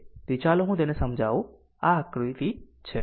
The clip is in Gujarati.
તેથી ચાલો હું તેને સમજાવું જેથી આ તમારી આકૃતિ છે